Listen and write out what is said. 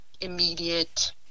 immediate